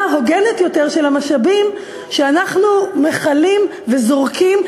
הוגנת יותר של המשאבים שאנחנו מכלים וזורקים,